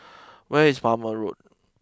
where is Palmer Road